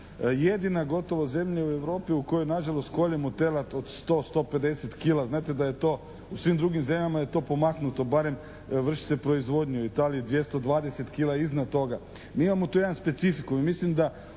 jedina gotovo zemlja u Europi u kojoj nažalost koljemo telad od 100, 150 kila. Znate da je to u svim drugim zemljama je to pomaknuto barem vrši se proizvodnju i da li je 220 kila iznad toga. Mi imamo tu jedan specifikum